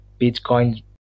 Bitcoin